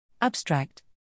Abstract